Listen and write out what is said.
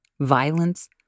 violence